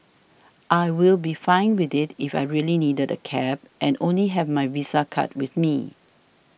I'll be fine with it if I really needed a cab and only have my Visa card with me